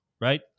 Right